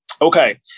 Okay